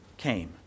Came